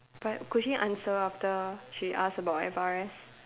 but could she answer after she ask about advice